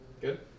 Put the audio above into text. good